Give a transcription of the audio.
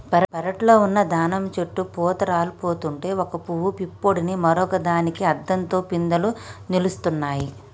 పెరట్లో ఉన్న దానిమ్మ చెట్టు పూత రాలిపోతుంటే ఒక పూవు పుప్పొడిని మరొక దానికి అద్దంతో పిందెలు నిలుస్తున్నాయి